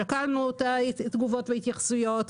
שקלנו את התגובות וההתייחסויות,